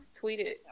tweeted